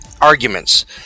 arguments